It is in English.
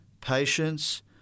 patience